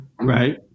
Right